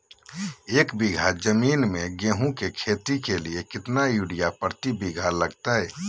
एक बिघा जमीन में गेहूं के खेती के लिए कितना यूरिया प्रति बीघा लगतय?